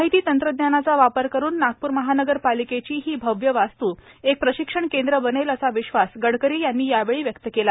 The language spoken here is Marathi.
माहिती तंत्रज्ञानाचा वापर करून नागपूर महानगरपालिकेची ही भव्य वास्तू एक प्रशिक्षण केंद्र बनेल असा विश्वास गडकरी यांनी यावेळी व्यक्त केला